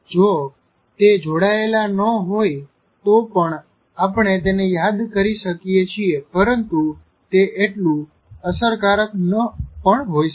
જો તે જોડાયેલા ન હોય તો પણ આપણે તેને યાદ કરી શકી છીએ પરંતુ તે એટલું અસરકાર ન પણ હોય શકે